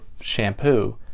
shampoo